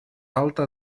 alta